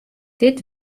dit